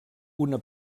una